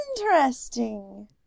Interesting